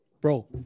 Bro